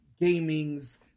gaming's